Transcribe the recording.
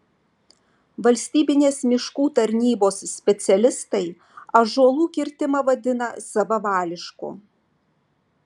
valstybinės miškų tarnybos specialistai ąžuolų kirtimą vadina savavališku